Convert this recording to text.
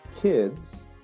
kids